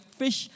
fish